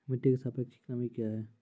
मिटी की सापेक्षिक नमी कया हैं?